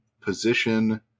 position